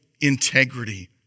integrity